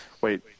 Wait